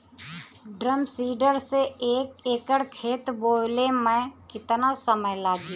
Drum seeder से एक एकड़ खेत बोयले मै कितना समय लागी?